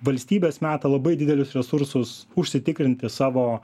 valstybės meta labai didelius resursus užsitikrinti savo